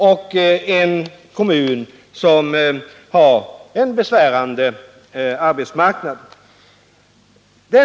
och kommunen har en besvärlig arbetsmarknad.